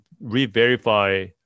re-verify